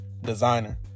designer